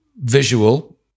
visual